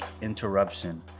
interruption